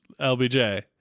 lbj